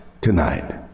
tonight